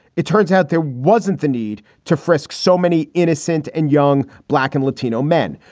it turns out there wasn't the need to frisk so many innocent and young black and latino men.